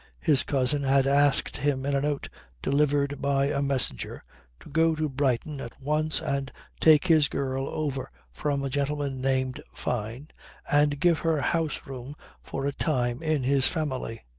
his cousin had asked him in a note delivered by a messenger to go to brighton at once and take his girl over from a gentleman named fyne and give her house-room for a time in his family.